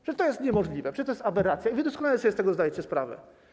Przecież to jest niemożliwe, przecież to jest aberracja i wy doskonale sobie z tego zdajecie sprawę.